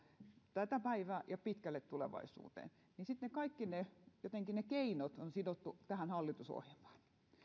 tätä päivää ja pitkälle tulevaisuuteen niin sitten kaikki ne keinot jotenkin on sidottu tähän hallitusohjelmaan